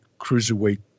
cruiserweight